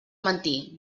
mentir